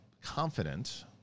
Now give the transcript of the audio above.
confident